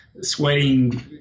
Sweating